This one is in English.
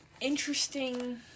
interesting